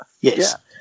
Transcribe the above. yes